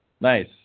Nice